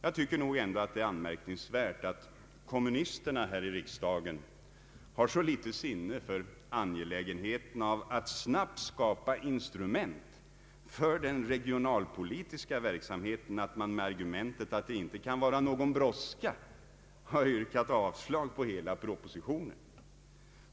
Det är dock anmärkningsvärt att kommunisterna här i riksdagen har så föga sinne för angelägenheten av att snabbt skapa instrument för den regionalpolitiska verksamheten, att man med argumentet att det inte kan vara någon brådska har yrkat avslag på hela propositionen.